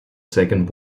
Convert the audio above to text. second